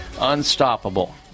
Unstoppable